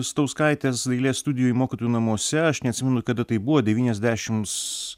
stauskaitės dailės studijoj mokytojų namuose aš neatsimenu kada tai buvo devyniasdešims